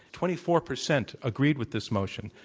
twenty four percent agreed with this motion,